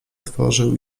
otworzył